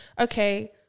okay